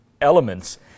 elements